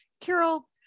Carol